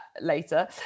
later